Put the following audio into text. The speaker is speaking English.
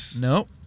No